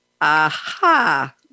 Aha